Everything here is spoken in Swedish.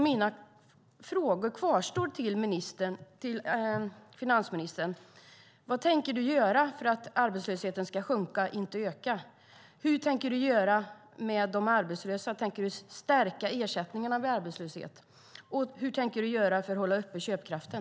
Mina frågor till finansministern kvarstår. Vad tänker han göra för att arbetslösheten ska sjunka, inte öka? Vad tänker han göra med de arbetslösa? Tänker han höja ersättningarna vid arbetslöshet? Vad tänker han göra för att hålla uppe köpkraften?